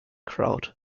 crowd